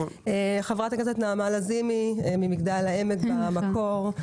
חברת הכנסת נעמה לזימי ממגדל העמק במקור,